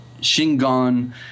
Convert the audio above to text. Shingon